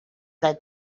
that